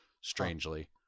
strangely